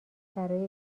برای